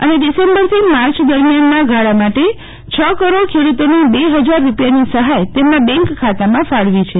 અને ડીસેમ્બર થી March દરમિયાનના ગાળા માટે છ કરોડ ખેડૂતોને બે હજાર રૂપિયાની સહાય તેમના બેંક ખાતામાં ફાળવી છે